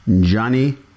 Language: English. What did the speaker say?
Johnny